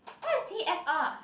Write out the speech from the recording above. what is t_f_r